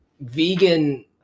vegan